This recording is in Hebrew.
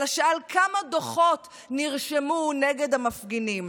אלא שאל כמה דוחות נרשמו נגד המפגינים.